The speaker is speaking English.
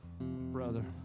Brother